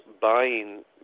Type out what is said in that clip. buying